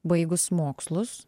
baigus mokslus